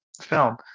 film